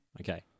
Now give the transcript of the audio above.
Okay